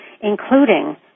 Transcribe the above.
including